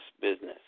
business